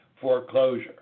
foreclosure